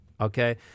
Okay